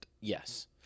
Yes